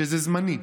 שזה זמני,